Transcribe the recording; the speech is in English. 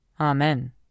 Amen